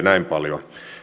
näin paljon